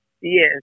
yes